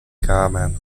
kámen